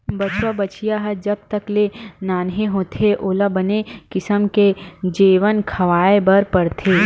बछवा, बछिया ह जब तक ले नान्हे होथे ओला बने किसम के जेवन खवाए बर परथे